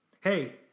Hey